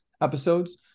episodes